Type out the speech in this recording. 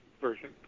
version